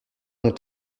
ont